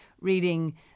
reading